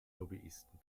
lobbyisten